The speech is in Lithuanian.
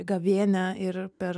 gavėnią ir per